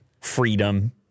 Freedom